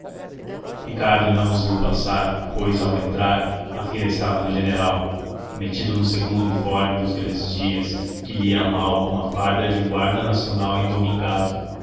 ricardo não os viu passar pois ao entrar a fila estava no general metido num segundo uniforme dos grandes dias que lhe ia mal como a farda de um guarda nacional endomingado